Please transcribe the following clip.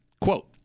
quote